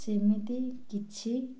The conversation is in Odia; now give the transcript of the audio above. ସେମିତି କିଛି